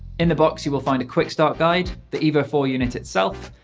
in the box, you will find a quick start guide, the evo four unit itself,